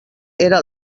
era